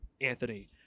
Anthony